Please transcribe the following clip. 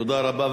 תודה רבה.